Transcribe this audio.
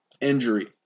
injury